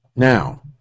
Now